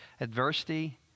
adversity